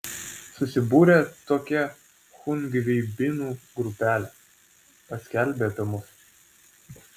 susibūrė tokia chungveibinų grupelė paskelbė apie mus